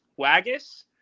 Waggis